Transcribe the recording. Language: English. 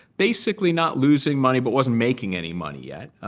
basically not losing money but wasn't making any money yet.